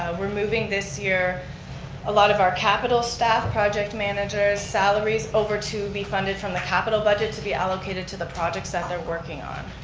we're moving this year a lot of our capital staff, project managers, salaries over to be funded from the capital budget to be allocated to the projects that they're working on.